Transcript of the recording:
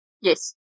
Yes